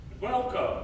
welcome